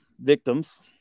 victims